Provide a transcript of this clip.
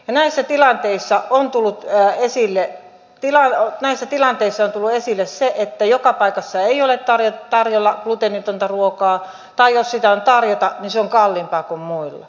näissä tilanteissa on tullut yhä esillä tilalle ovat näissä esille se että joka paikassa ei ole tarjolla gluteenitonta ruokaa tai jos sitä on tarjota niin se on kalliimpaa kuin muilla